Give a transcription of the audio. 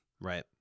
right